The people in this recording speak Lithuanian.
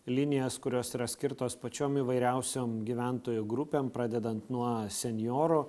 linijas kurios yra skirtos pačiom įvairiausiom gyventojų grupėm pradedant nuo senjorų